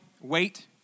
wait